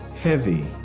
heavy